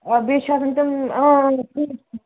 بیٚیہِ چھِ آسان تِم